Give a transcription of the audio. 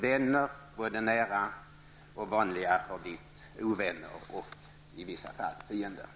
Vänner, både nära och vanliga sådana, har blivit ovänner och i vissa fall fiender.